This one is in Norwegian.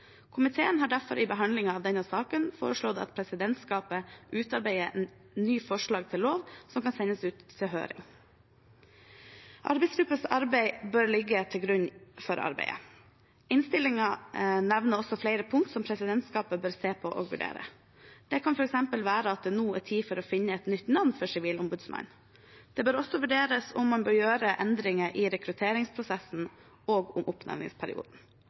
Komiteen har derfor i behandlingen av denne saken foreslått at presidentskapet utarbeider et nytt forslag til lov, som kan sendes ut på høring. Arbeidsgruppens arbeid bør ligge til grunn for arbeidet. Innstillingen nevner også flere punkt som presidentskapet bør se på og vurdere. De kan f.eks. være at det nå er tid for å finne et nytt navn for Sivilombudsmannen. Det bør også vurderes om man bør gjøre endringer i rekrutteringsprosessen og oppnevningsperioden.